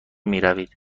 میروید